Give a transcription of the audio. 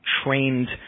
trained